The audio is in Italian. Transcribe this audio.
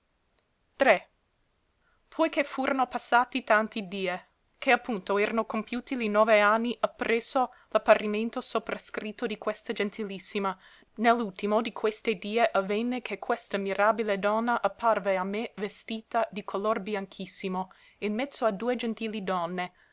e oi che furono passati tanti die che appunto erano compiuti li nove anni appresso l'apparimento soprascritto di questa gentilissima ne l'ultimo di questi die avvenne che questa mirabile donna apparve a me vestita di colore bianchissimo in mezzo a due gentili donne